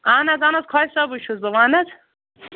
اہن حظ اہن حظ خۄجہ صٲبٕے چھُس بہٕ وَن حظ